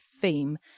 theme